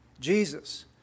Jesus